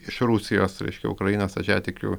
iš rusijos reiškia ukrainos stačiatikių